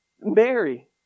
Mary